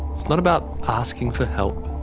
it's not about asking for help,